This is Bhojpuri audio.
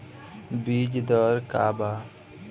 बीज दर का वा?